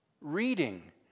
Reading